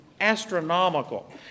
astronomical